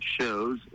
shows